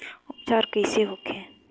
उपचार कईसे होखे?